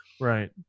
Right